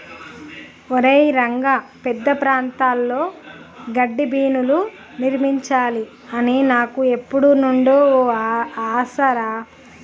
ఒరై రంగ పెద్ద ప్రాంతాల్లో గడ్డిబీనులు నిర్మించాలి అని నాకు ఎప్పుడు నుండో ఓ ఆశ రా